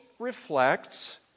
reflects